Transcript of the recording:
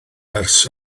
ers